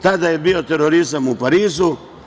Tada je bio terorizam u Parizu.